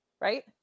right